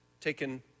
taken